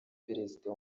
perezida